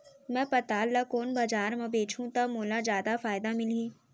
मैं पताल ल कोन बजार म बेचहुँ त मोला जादा फायदा मिलही?